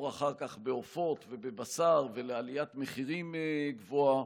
אחר כך בעופות ובבשר ולעליית מחירים גבוהה,